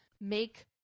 make